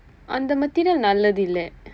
அந்த:andtha material நல்ல்து இல்லை:nallathu illai